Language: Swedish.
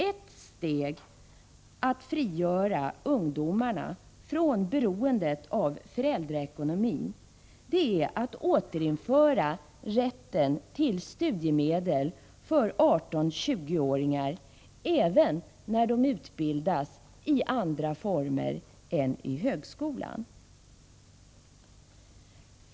Ett steg att frigöra ungdomarna från beroendet av föräldraekonomin är att återinföra rätten till studiemedel för 18-20-åringar även när de utbildas i andra former än i högskolan.